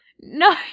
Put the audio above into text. No